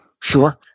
Sure